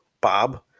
Bob